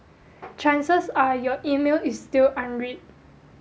chances are your email is still unread